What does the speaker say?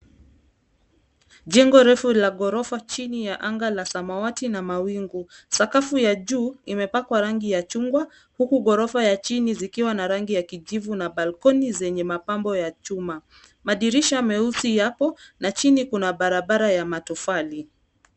Jengo refu la ghorofa chini ya anga la samawati na mawingu. Sakafu ya juu imepakwa rangi ya chungwa huku ghorofa ya chini zikiwa na rangi ya kijivu na balcony zenye mapambo ya chuma. Madirisha meusi yapo na chini kuna barabara ya matofali.